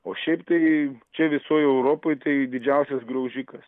o šiaip tai čia visoj europoj tai didžiausias graužikas